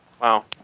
Wow